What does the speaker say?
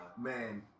Man